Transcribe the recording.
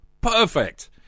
perfect